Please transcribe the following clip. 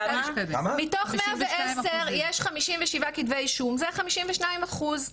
מתוך 110 יש 57 כתבי אישום, זה 52 אחוז.